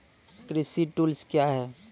कृषि टुल्स क्या हैं?